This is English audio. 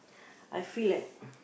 I feel like